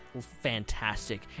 fantastic